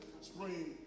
spring